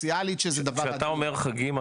הסוציאלית שזה דבר --- שאתה אומר חגים,